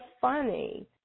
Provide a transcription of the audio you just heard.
funny